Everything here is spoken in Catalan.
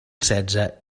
setze